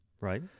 Right